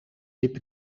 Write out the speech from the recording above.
liep